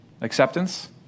Acceptance